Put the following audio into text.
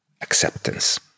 acceptance